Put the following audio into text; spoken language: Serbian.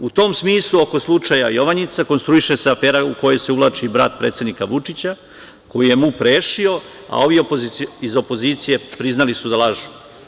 U tom smislu, oko slučaja „Jovanjica“ konstruiše se afera u koju se uvlači brat predsednika Vučića, koji je MUP rešio, a ovi iz opozicije priznali su da lažu.